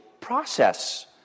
process